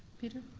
peter.